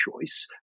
choice